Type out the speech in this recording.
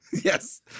Yes